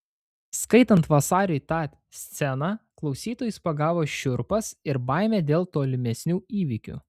skaitant vasariui tą sceną klausytojus pagavo šiurpas ir baimė dėl tolimesnių įvykių